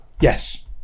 yes